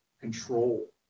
control